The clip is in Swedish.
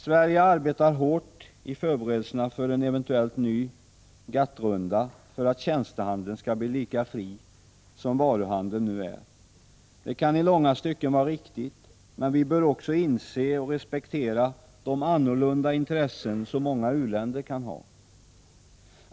Sverige arbetar hårt i förberedelserna för en eventuellt ny GATT-runda för att tjänstehandeln skall bli lika fri som varuhandeln nu är. Det kan i långa stycken vara riktigt, men vi bör också inse och respektera de annorlunda intressen som många u-länder kan ha.